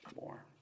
more